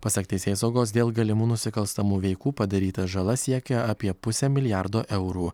pasak teisėsaugos dėl galimų nusikalstamų veikų padaryta žala siekia apie pusę milijardo eurų